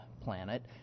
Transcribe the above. planet